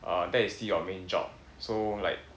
uh that is still your main job so like